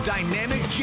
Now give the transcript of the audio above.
Dynamic